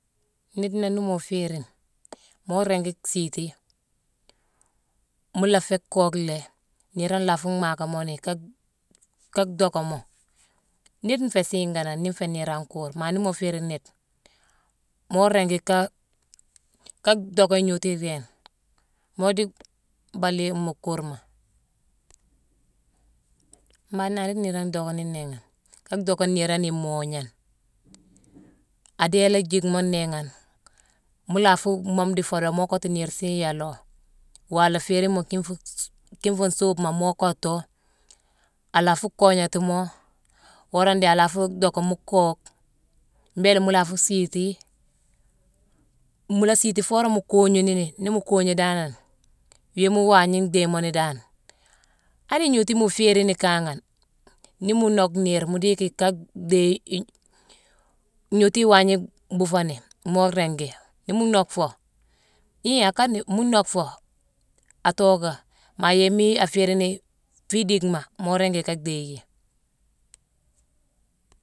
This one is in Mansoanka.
Nniidena nii muu féérine, moo ringi nsiiti. Mu la féé kookhlé, niirone illa fuu mhaakamoni ka-dhockamo. Nniide nféé siiganane nii nféé niir an kuur. Maa nii ma féérine nniide, moo ringi ka-ka docké ignootu idééne. Moo dii baaléyé mu kuurma. Mbangh ndaari niirone idockani, néégane, ka dhocka niirone imoognane. Adéé laa jickmoo nééghane, mu la fuu mhoome dii foodo moo kottu niir siiya loo. Woo a la féérine moo kine fuu-suu-kine fuu nsuubema. Moo kotto a la fuu kognati mo, wora ndéé a la fuu dhocka muu kookh. Mbééla mu laa fuu siiti mu la siiti foo worama mu kognu nini. Nii mu koogno danane, wiima waagna ndhéé mo ni dan, ani ignootu mu féérini kaaghane, nii mu nock niir mu dii yicki ka dhéye-ign-gnootu waagna mbhuufoo ni, moo ringi. Nii mu nock foo, hii akane mu nock fo, a tooka, maa yééma aféérine ni fii idickma, moo ringi ka dhéyi.